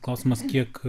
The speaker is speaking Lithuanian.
klausimas kiek